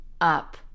up